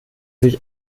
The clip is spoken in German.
sich